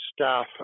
staff